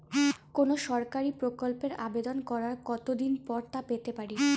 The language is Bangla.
কোনো সরকারি প্রকল্পের আবেদন করার কত দিন পর তা পেতে পারি?